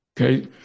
Okay